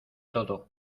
todo